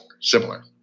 similar